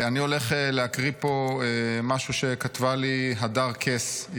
אני הולך להקריא פה משהו שכתבה לי הדר קס.